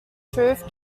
truth